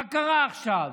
מה קרה עכשיו?